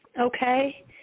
okay